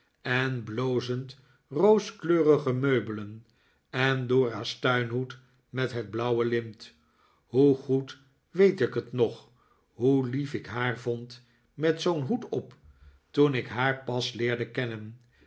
en blozend rooskleurige meubelen en dora's tuinhoed met het blauwe lint hoe goed weet ik het nog hoe lief ik haar vond met zoo'n hoed op toen ik haar pas leerde kennen